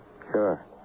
Sure